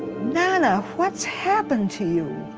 nana, what's happened to you?